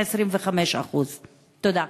25%. תודה.